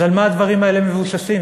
אז על מה הדברים האלה מבוססים?